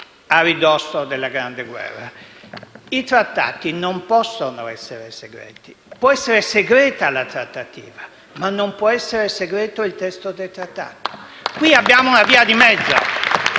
a ridosso della Grande Guerra. I trattati non possono essere segreti: può essere segreta la trattativa, ma non può essere segreto il testo dei trattati. *(Applausi dai Gruppi